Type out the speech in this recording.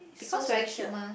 is so special